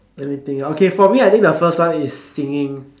let me think okay for me I think the first one is singing